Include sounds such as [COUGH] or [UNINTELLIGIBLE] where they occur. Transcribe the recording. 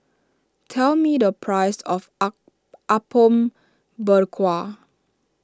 tell me the price of [UNINTELLIGIBLE] Apom Berkuah